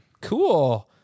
Cool